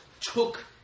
took